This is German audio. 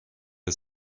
der